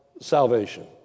salvation